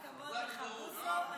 כל הכבוד לך, בוסו.